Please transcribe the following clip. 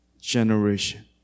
generation